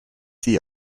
see